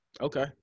Okay